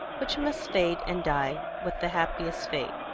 which must fade and die with the happiest fate.